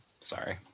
sorry